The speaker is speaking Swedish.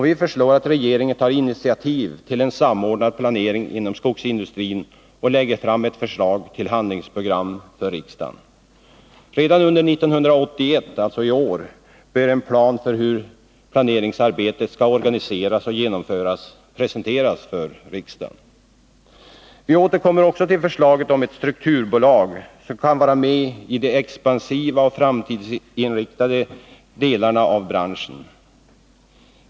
Vi föreslår att regeringen tar initiativ till en samordnad planering inom skogsindustrin och lägger fram ett förslag till handlingsprogram. Redan under 1981, alltså i år, bör man för riksdagen presentera en plan för hur detta arbete skall organiseras och genomföras. Vi återkommer också till förslaget om ett strukturbolag som kan vara medi de expansiva och framtidsinriktade delarna av branschen.